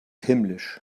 himmlisch